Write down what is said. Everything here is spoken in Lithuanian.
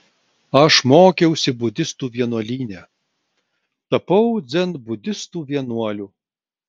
aš mokiausi budistų vienuolyne tapau dzenbudistų vienuoliu